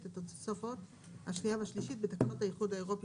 את התוספות השנייה והשלישית בתקנות האיחוד האירופי